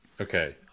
okay